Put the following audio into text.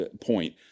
point